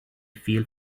feel